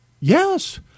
Yes